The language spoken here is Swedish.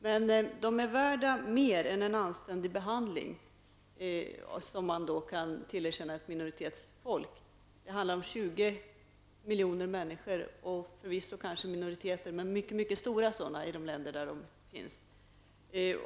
Kurderna är värda mera än en anständig behandling, som man kan tillerkänna ett minoritetsfolk. Det handlar om 20 miljoner människor. Det är förvisso minoriteter, men mycket stora sådana i de länder där de finns.